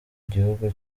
gihugu